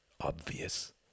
obvious